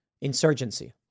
insurgency